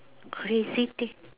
crazy thing